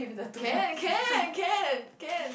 can can can can